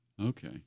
Okay